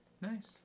Nice